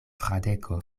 fradeko